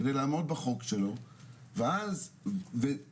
כדי לעמוד בחוק שלו ואז למזלו,